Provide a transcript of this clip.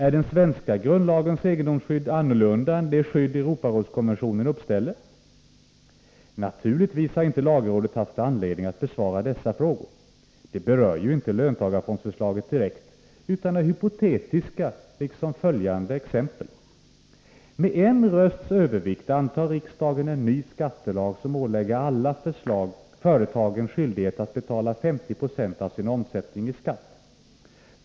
Är den svenska grundlagens egendomsskydd annorlunda än det skydd Europarådskonventionen uppställer? Naturligtvis har inte lagrådet haft anledning att besvara dessa frågor. De berör ju inte löntagarfondsförslaget direkt utan är hypotetiska, liksom följande exempel. Med en rösts övervikt antar riksdagen en ny skattelag, som ålägger alla företag en skyldighet att betala 50 26 av sin omsättning i skatt.